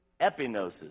epinosis